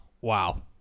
Wow